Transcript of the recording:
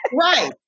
Right